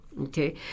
Okay